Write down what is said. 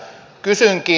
kysynkin